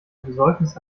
besäufnis